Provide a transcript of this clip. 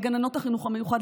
לגננות החינוך המיוחד,